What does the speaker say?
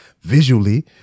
visually